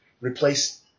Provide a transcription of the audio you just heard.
replace –